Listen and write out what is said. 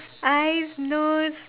eyes nose